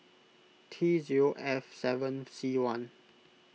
T zero F seven C one